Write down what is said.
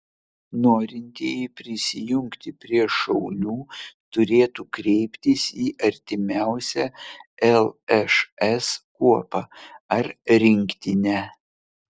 norintieji prisijungti prie šaulių turėtų kreiptis į artimiausią lšs kuopą ar rinktinę